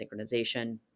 synchronization